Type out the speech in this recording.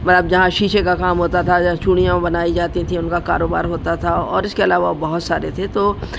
مطلب جہاں شیشے کا کام ہوتا تھا جہ چوڑیاں بنائی جاتی تھیں ان کا کاروبار ہوتا تھا اور اس کے علاوہ بہت سارے تھے تو